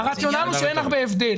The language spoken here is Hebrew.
הרציונל הוא שאין הרבה הבדל.